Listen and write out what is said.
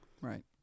Right